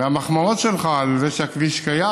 מהמחמאות שלך על זה שהכביש קיים,